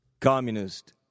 communist